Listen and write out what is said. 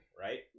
right